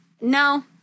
No